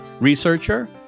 researcher